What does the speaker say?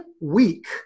week